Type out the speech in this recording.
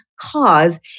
cause